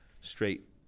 straight